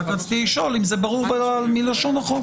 רק רציתי לשאול אם זה ברור מלשון החוק.